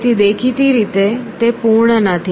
તેથી દેખીતી રીતે તે પૂર્ણ નથી